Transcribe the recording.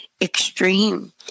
Extreme